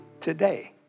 today